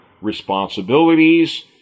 responsibilities